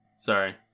Sorry